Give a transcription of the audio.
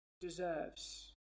deserves